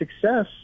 success